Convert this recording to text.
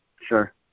Sure